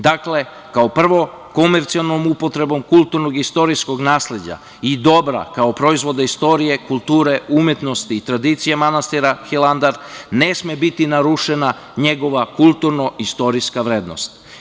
Dakle, kao prvo, komercijalnom upotrebom kulturnog i istorijskog nasleđa i dobra, kao proizvoda istorije, kulture, umetnosti i tradicija manastira Hilandar, ne sme biti narušena njegova kulturno-istorijska vrednost.